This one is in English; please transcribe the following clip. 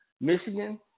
Michigan